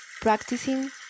Practicing